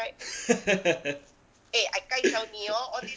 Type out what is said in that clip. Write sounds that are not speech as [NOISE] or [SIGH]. [LAUGHS]